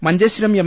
Manjeshwaram M